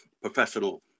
professional